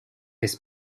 his